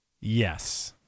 Yes